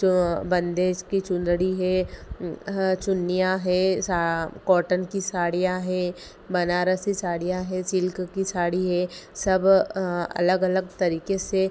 जो बन्धेज की चुन्दड़ी है चुन्नियाँ हैं कॉटन की साड़ियाँ हैं बनारसी साड़ियाँ हैं सिल्क की साड़ी है सब अलग अलग तरीके से